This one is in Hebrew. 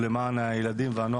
כמו שאמרה השרה,